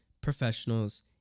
professionals